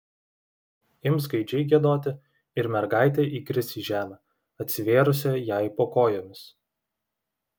ims gaidžiai giedoti ir mergaitė įkris į žemę atsivėrusią jai po kojomis